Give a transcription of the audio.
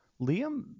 Liam